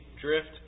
drift